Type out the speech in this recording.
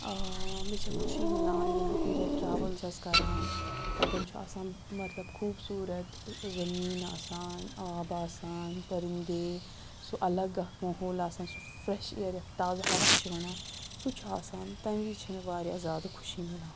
مےٚ چھےٚ خوشی مِلان ییٚلہِ بہٕ کُنہِ جایہِ ٹرٛوٕل چھَس کَران تَتٮ۪ن چھُ آسان مطلب خوٗبصورَت زٔمیٖن آسان آب آسان پٔرِندے سُہ اَلگ اَکھ ماحول آسان سُہ فرٛٮ۪ش اِیَر یَتھ تازٕ ہوا چھِ وَنان سُہ چھُ آسان تمہِ وِزِ چھےٚ مےٚ واریاہ زیادٕ خوشی مِلان